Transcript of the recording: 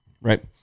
right